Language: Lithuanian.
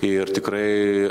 ir tikrai